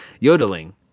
Yodeling